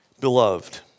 Beloved